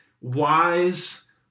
wise